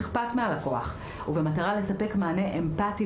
כאן אני שואל את עצמי כיצד בעבודה ממשלתית אפשר לשפר את הדבר הזה.